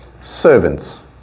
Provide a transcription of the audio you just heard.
servants